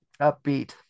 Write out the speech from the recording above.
upbeat